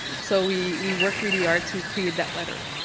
so we we worked really hard to create that letter.